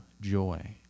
joy